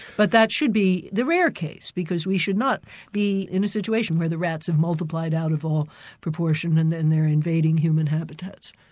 but that should be the rare case, because we should not be in a situation where the rats have multiplied out of all proportion, and then they're invading human habitats.